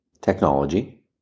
technology